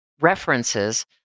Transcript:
references